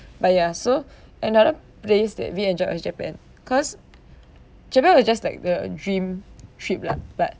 but ya so another place that we enjoyed was japan cause japan was just like the dream trip lah but